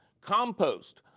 compost